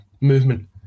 movement